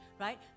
right